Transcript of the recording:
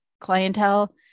clientele